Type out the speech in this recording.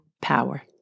power